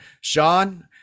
sean